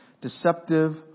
deceptive